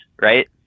Right